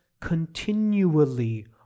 continually